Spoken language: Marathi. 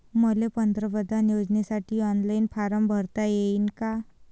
मले पंतप्रधान योजनेसाठी ऑनलाईन फारम भरता येईन का?